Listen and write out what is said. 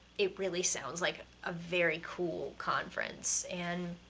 it really sounds like a very cool conference, and